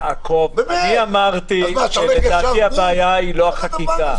יעקב, אמרתי שהבעיה היא לא בחקיקה.